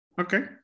okay